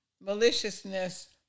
maliciousness